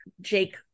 Jake